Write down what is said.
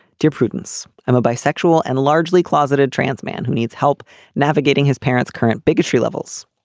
dear prudence i'm a bisexual and largely closeted trans man who needs help navigating his parents current bigotry levels.